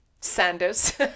Sanders